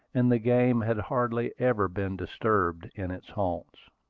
and the game had hardly ever been disturbed in its haunts.